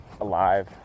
alive